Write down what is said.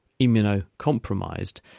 immunocompromised